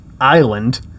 island